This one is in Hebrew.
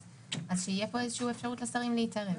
אז שתהיה פה איזושהי אפשרות לשרים להתערב.